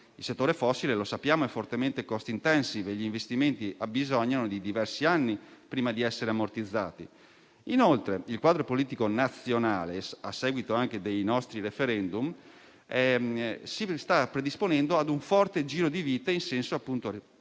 il settore fossile è fortemente *cost intensive* e gli investimenti abbisognano di diversi anni prima di essere ammortizzati. Inoltre, il quadro politico nazionale, a seguito anche dei nostri *referendum*, si sta predisponendo a un forte giro di vite in senso